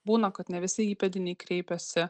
būna kad ne visi įpėdiniai kreipiasi